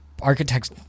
architects